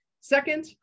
Second